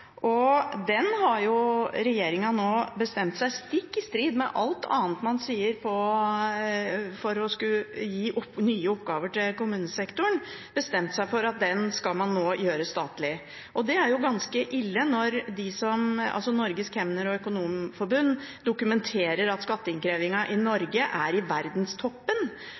lokalt. Den har regjeringen nå bestemt seg for å gjøre statlig, stikk i strid med alt annet man sier om å skulle gi nye oppgaver til kommunesektoren. Og det er jo ganske ille når Norges kemner- og kommunekassererforbund dokumenterer at skatteinnkrevingen i Norge er i verdenstoppen,